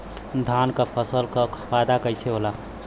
धान क फसल क फायदा कईसे होला?